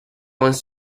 wants